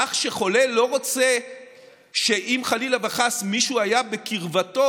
אזרח שחולה לא רוצה שאם חלילה וחס מישהו היה בקרבתו,